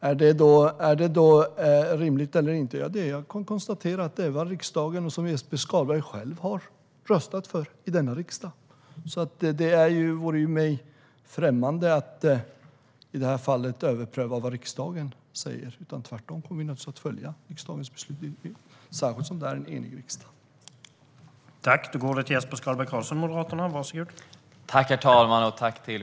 Är detta rimligt eller inte? Jag kan konstatera att det är vad riksdagen och Jesper Skalberg Karlsson har röstat för, och det vore mig främmande att överpröva vad riksdagen har sagt. Tvärtom kommer vi givetvis att följa riksdagens beslut, särskilt som riksdagen är enig i detta.